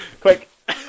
Quick